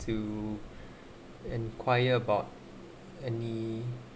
to inquire about any